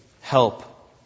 help